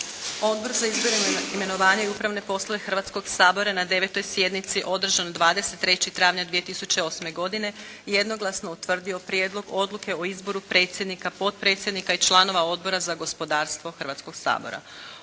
Odbor za izbor, imenovanje i upravne poslove Hrvatskog sabora je na 9. sjednici održanoj 23. travnja 2008. godine jednoglasno utvrdio Prijedlog odluke o izboru predsjednika, potpredsjednika i članova Odbora za prostorno uređenje i